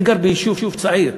אני גר ביישוב צעיר.